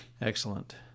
Excellent